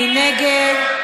מי נגד?